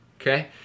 Okay